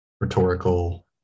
rhetorical